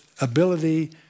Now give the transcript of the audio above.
ability